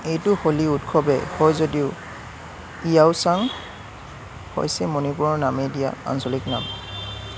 এইটো হোলী উৎসৱে হয় যদিও ইয়াওছাং হৈছে মণিপুৰৰ নামে দিয়া আঞ্চলিক নাম